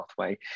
pathway